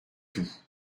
tout